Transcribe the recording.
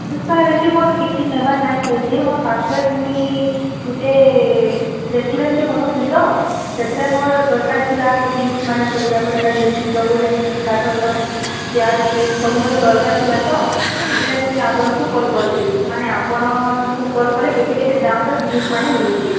sir ଏମତି ମୋର କିଛି ନେବାର ନାହିଁ ଥ୍ୟାଙ୍କ୍ ୟୁ ମୋର ପାଖରେ ମୁଇଁ ଗୋଟେ ରେଷ୍ଟୁରାଣ୍ଟଟେ ବନାଉଛେ ତ ସେଥିରେ ମୋର ଦରକାର ଥିଲା ହେ ଜିନିଷ ମାନ ସବୁଯାକ ଯେନ୍ତା ଡ୍ରେସିଂ ଟେବୁଲ ହେମିତି କାଠର ଚେୟାର ଷ୍ଟିଲ୍ ସବୁ ମୋର ଦରକାର ଥିଲା ତ ସେଥିଲାଗି ମୁଇଁ ଆପଣଙ୍କୁ କଲ୍ କରିଥିଲି ମାନେ ଆପଣଙ୍କୁ କଲ୍ କଲେ କେତେ କେତେ ଦାମର ଜିନିଷ ମାନେ ମିଲୁଛେ